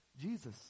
Jesus